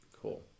cool